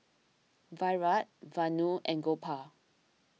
Virat Vanu and Gopal